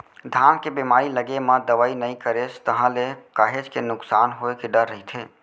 धान के बेमारी लगे म दवई नइ करेस ताहले काहेच के नुकसान होय के डर रहिथे